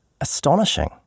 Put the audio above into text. astonishing